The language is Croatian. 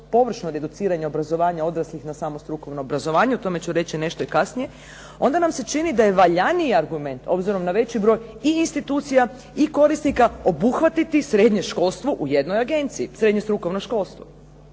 površno deduciranje obrazovanja odraslih na samo strukovno obrazovanje, o tome ću reći nešto i kasnije, onda nam se čini da je valjaniji argument, obzirom na veći broj i institucija i korisnika, obuhvatiti srednje školstvo u jednoj agenciji, srednje strukovno školstvo.